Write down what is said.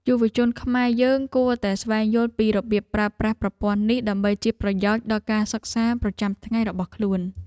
យុវជនខ្មែរយើងគួរតែស្វែងយល់ពីរបៀបប្រើប្រាស់ប្រព័ន្ធនេះដើម្បីជាប្រយោជន៍ដល់ការសិក្សាប្រចាំថ្ងៃរបស់ខ្លួន។